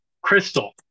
crystal